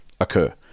occur